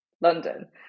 London